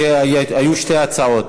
כי היו שתי הצעות,